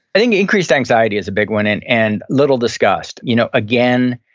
i think, increased anxiety is a big one and and little discussed. you know again,